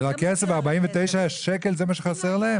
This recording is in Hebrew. הכסף, 49 שקל זה מה שחסר להם?